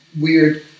weird